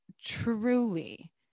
truly